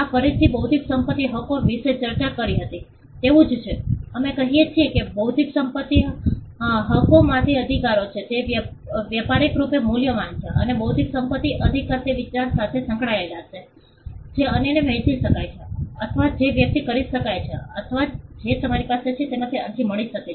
આ ફરીથી બૌદ્ધિક સંપત્તિ હકો વિશે જે ચર્ચા કરી હતી તેવું જ છે અમે કહીએ છીએ કે બૌદ્ધિક સંપત્તિ હકો કિંમતી અધિકારો છે તે વ્યાપારી રૂપે મૂલ્યવાન છે અને બૌદ્ધિક સંપત્તિ અધિકાર તે વિચાર સાથે બંધાયેલ છે જે અન્યને વહેંચી શકાય છે અથવા જે વ્યક્ત કરી શકાય છે અથવા જે તમારી પાસે છે તેમાંથી અરજી મળી શકે છે